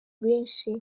benshi